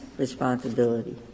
responsibility